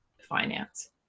finance